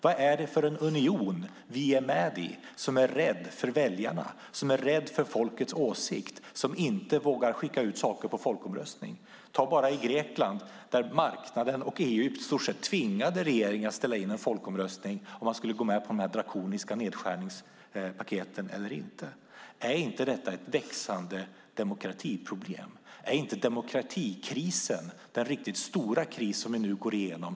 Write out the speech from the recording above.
Vad är det för en union vi är med i som är rädd för väljarna och för folkets åsikt, som inte vågar skicka ut saker på folkomröstning? I Grekland tvingade i stort sett marknaden och EU regeringen att ställa in en folkomröstning om huruvida man skulle gå med på de drakoniska nedskärningspaketen. Är inte detta ett växande demokratiproblem? Är inte demokratikrisen den riktigt stora kris som vi nu går igenom?